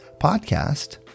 podcast